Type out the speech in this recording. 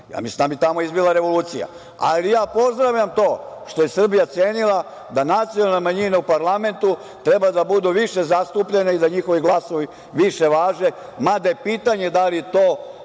Ja mislim da bi tamo izbila revolucija, ali ja pozdravljam to što je Srbija cenila da nacionalne manjine u parlamentu treba da budu više zastupljene i da njihovi glasovi više važe, mada je pitanje da li to